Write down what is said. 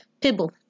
Pibble